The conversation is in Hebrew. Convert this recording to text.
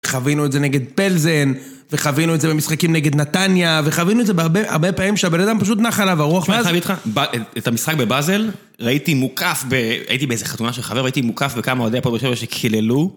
חווינו את זה נגד פלזן, וחווינו את זה במשחקים נגד נתניה, וחווינו את זה הרבה פעמים שהבן אדם פשוט נחה עליו הרוח ... את המשחק בבאזל, ראיתי מוקף, הייתי באיזה חתונה של חבר, ראיתי מוקף בכמה אוהדי הפועל ב"ש שקיללו